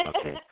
Okay